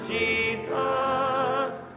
Jesus